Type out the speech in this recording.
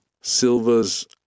silvers